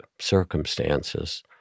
circumstances